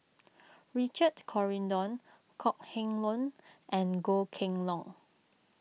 Richard Corridon Kok Heng Leun and Goh Kheng Long